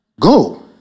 Go